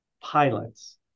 pilots